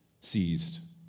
seized